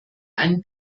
einen